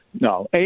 No